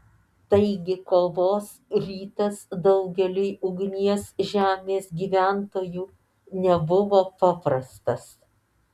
taigi kovos rytas daugeliui ugnies žemės gyventojų nebuvo paprastas